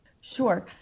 Sure